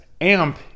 AMP